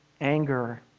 anger